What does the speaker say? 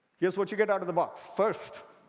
here's what you get out of the box. first,